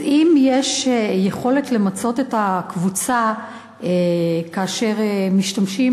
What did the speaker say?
אז אם יש יכולת למצות את הקבוצה כאשר משתמשים